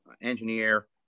engineer